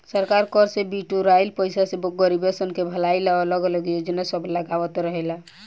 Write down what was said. सरकार कर से बिटोराइल पईसा से गरीबसन के भलाई ला अलग अलग योजना सब लगावत रहेला